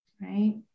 Right